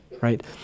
right